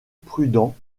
prudents